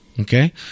Okay